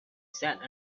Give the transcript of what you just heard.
sat